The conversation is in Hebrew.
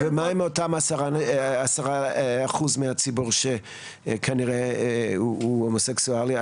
ומה עם אותם עשרה אחוז מהציבור שכנראה הוא הומוסקסואלי,